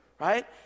right